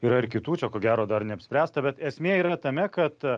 yra ir kitų čia ko gero dar neapspręsta bet esmė yra tame kad